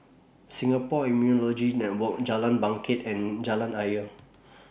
Singapore Immunology Network Jalan Bangket and Jalan Ayer